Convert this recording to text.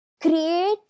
create